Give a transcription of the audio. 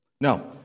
Now